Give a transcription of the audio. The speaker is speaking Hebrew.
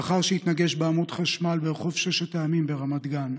לאחר שהתנגש בעמוד חשמל ברחוב ששת הימים ברמת גן.